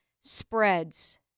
Spreads